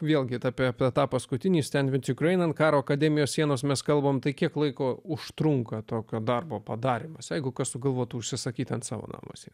vėlgi apie tą paskutinį stend vit jukrein ant karo akademijos sienos mes kalbame tai kiek laiko užtrunka tokio darbo padarymas jeigu kas sugalvotų užsisakyti ant savo namuose